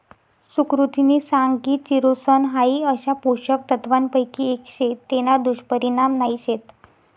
सुकृतिनी सांग की चिरोसन हाई अशा पोषक तत्वांपैकी एक शे तेना दुष्परिणाम नाही शेत